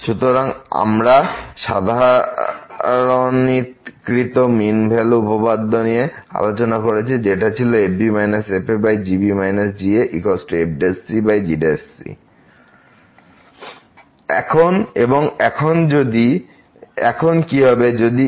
সুতরাং আমরা সাধারণীকৃত মিন ভ্যালু উপপাদ্য নিয়ে আলোচনা করি যেটি ছিল fb fgb gfcgc এবং এখন কি হবে যদি x x